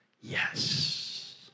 Yes